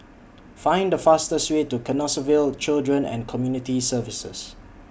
Find The fastest Way to Canossaville Children and Community Services